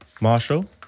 Marshall